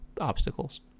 obstacles